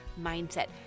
mindset